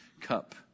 cup